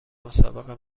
مسابقه